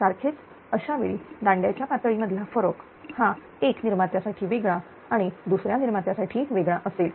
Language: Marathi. सारखेच अशावेळी दांड्याच्या पातळी मधला फरक हा एक निर्मात्या साठी वेगळा आणि दुसऱ्या निर्मात्या साठी वेगळा असेल